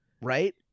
Right